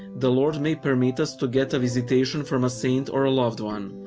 the lord may permit us to get a visitation from a saint or a loved one.